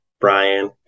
Brian